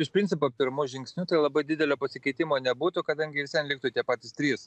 iš principo pirmu žingsniu tai labai didelio pasikeitimo nebūtų kadangi vis vien liktų tie patys trys